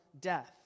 death